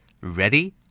Ready